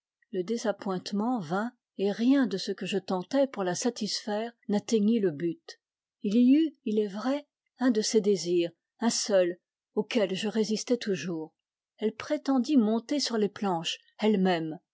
le désappointement vint et rien de ce que je tentais pour la satisfaire n'atteignait le but il y eut il est vrai un de ses désirs un seul auquel je résistai toujours elle prétendit monter sur les planches elle-même